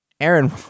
Aaron